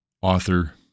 author